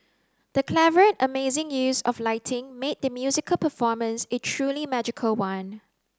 the clever and amazing use of lighting made the musical performance a truly magical one